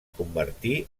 convertí